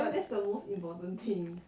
but that's the most important thing